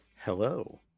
Hello